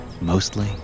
mostly